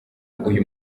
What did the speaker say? uyu